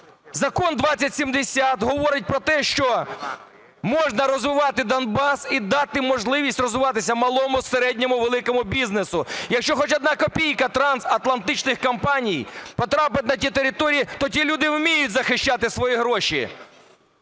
Закон 2070 говорить про те, що можна розвивати Донбас і дати можливість розвиватися малому, середньому, великому бізнесу. Якщо хоч одна копійка трансатлантичних компаній потрапить на ті території, то ті люди вміють захищати свої гроші.